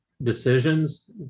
Decisions